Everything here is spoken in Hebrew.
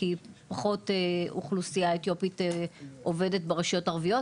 כי פחות אוכלוסייה אתיופית עובדת ברשויות הערביות,